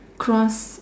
cross